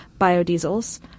biodiesels